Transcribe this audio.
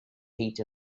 heat